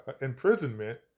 imprisonment